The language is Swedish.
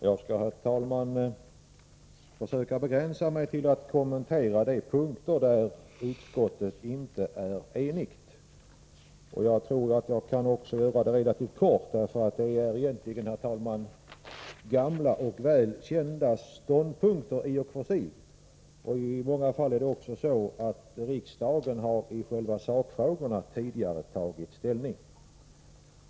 Herr talman! Jag skall försöka begränsa mig till att kommentera de punkter där utskottet inte är enigt. Jag tror att jag kan göra det relativt kort. Det är fråga om gamla och välkända ståndpunkter. I många fall är det så, att riksdagen tidigare har tagit ställning i själva sakfrågorna.